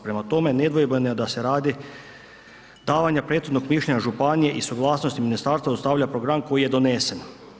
Prema tome, nedvojbeno je da se radi davanja prethodnog mišljenja županiji i suglasnosti ministarstva ostavlja program koji je donesen.